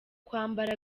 kwambara